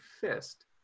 fist